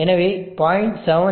எனவே 0